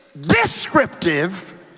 descriptive